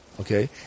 Okay